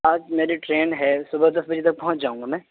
آج میری ٹرین ہے صبح دس بجے تک پہنچ جاؤں گا میں